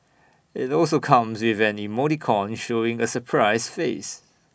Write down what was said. IT also comes with an emoticon showing A surprised face